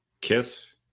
Kiss